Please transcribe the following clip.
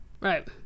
Right